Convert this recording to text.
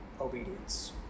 obedience